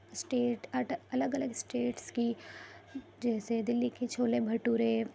state الگ الگ states کی جیسے دلی کی چھولے بھٹورے